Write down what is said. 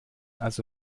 also